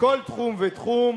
בכל תחום ותחום,